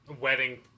wedding